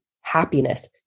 happiness